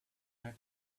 that